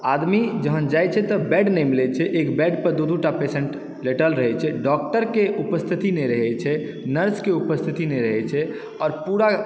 आदमी जहन जाइ छै तऽ बेड नहि मिलै छै एक बेडपर दू दूटा पेसेन्ट लेटल रहै छै डाक्टरके उपस्थिति नहि रहै छै नर्स उपस्थित नहि रहै छै आओर पूरा